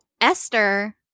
Esther